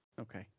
Okay